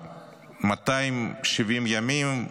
270 ימים,